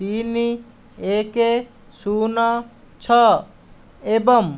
ତିନି ଏକ ଶୂନ ଛଅ ଏବଂ